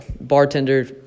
bartender